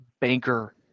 Banker